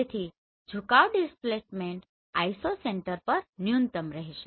તેથી ઝુકાવ displacement isocentre પર ન્યૂનતમ રહેશે